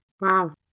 Wow